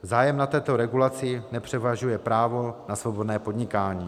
Zájem na této regulaci nepřevažuje právo na svobodné podnikání.